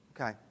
Okay